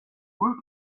woot